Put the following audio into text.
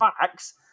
facts